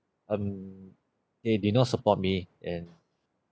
um they did not support me and